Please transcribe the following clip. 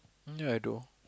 ya I don't